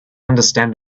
understand